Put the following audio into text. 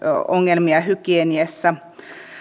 ongelmia hygieniassa